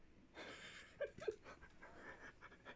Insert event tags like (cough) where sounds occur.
(laughs)